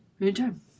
Anytime